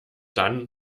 dann